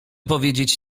powiedzieć